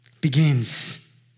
begins